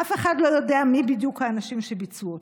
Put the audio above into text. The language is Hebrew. אף אחד לא יודע מי בדיוק האנשים שביצעו אותה.